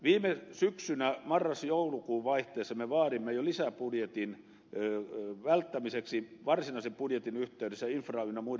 viime syksynä marrasjoulukuun vaihteessa me vaadimme lisäbudjetin välttämiseksi jo varsinaisen budjetin yhteydessä infra ynnä muuta